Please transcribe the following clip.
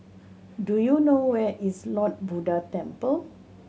do you know where is Lord Buddha Temple